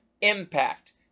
impact